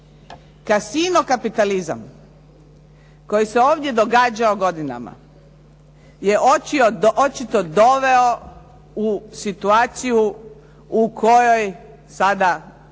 Kasino kapitalizam koji se ovdje događao godinama je očito doveo u situaciju u kojoj sada